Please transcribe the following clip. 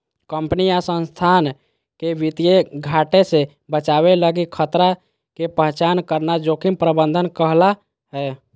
company या संस्थान के वित्तीय घाटे से बचावे लगी खतरा के पहचान करना जोखिम प्रबंधन कहला हय